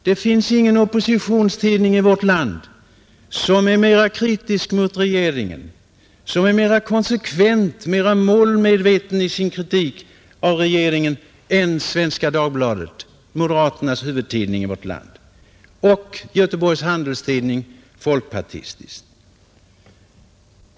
Det finns ingen oppositionstidning i vårt land som är mera kritisk mot regeringen, som är mera konsekvent, mera målmedveten i sin kritik av regeringen än Svenska Dagbladet, moderaternas huvudtidning i vårt land, och Göteborgs Handelstidning, folkpartistisk.